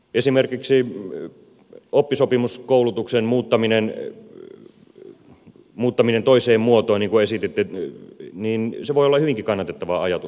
esimerkiksi oppisopimuskoulutuksen muuttaminen toiseen muotoon niin kuin esititte voi olla hyvinkin kannatettava ajatus